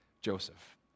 Joseph